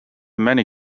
many